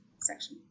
section